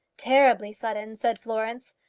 terribly sudden, said florence.